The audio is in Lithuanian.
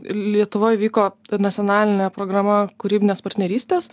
lietuvoj vyko nacionalinė programa kūrybinės partnerystės